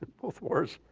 both wars,